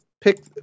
pick